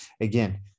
Again